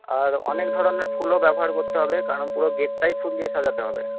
আর অনেক ধরনের ফুলও ব্যবহার করতে হবে কারণ পুরো গেটটাই ফুল দিয়ে সাজাতে হবে